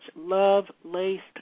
love-laced